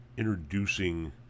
Introducing